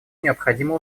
необходимо